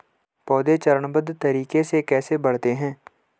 पौधे चरणबद्ध तरीके से कैसे बढ़ते हैं?